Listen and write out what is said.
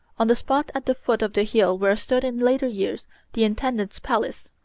on the spot at the foot of the hill where stood in later years the intendant's palace.